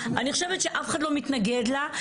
אני חושבת שאף אחד לא מתנגד לה.